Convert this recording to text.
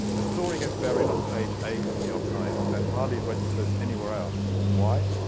the story gets buried on page eight of the new york times and hardly registers anywhere else. why?